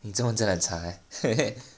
你中文真的很差 eh